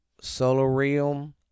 solarium